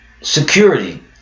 security